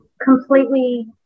Completely